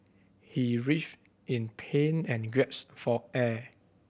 he writhed in pain and gasped for air